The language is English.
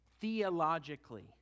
theologically